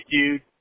dude